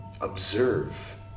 observe